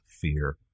fear